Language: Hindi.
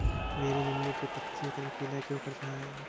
मेरे नींबू की पत्तियों का रंग पीला क्यो पड़ रहा है?